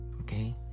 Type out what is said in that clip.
Okay